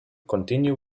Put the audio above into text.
continue